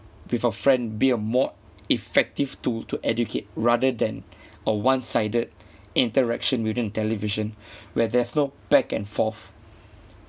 with a friend be a more effective tool to educate rather than a one sided interaction within television where there's no back and forth